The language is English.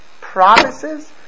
promises